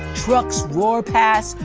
trucks roar past,